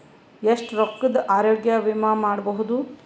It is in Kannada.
ಎಷ್ಟ ರೊಕ್ಕದ ಆರೋಗ್ಯ ವಿಮಾ ಮಾಡಬಹುದು?